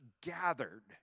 gathered